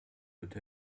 wird